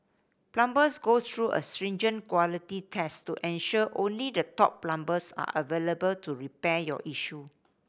plumbers go through a stringent quality test to ensure only the top plumbers are available to repair your issue